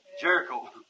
Jericho